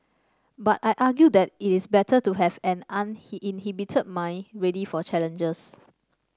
but I argue that it is better to have an inhibited mind ready for challenges